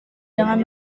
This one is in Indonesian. dengan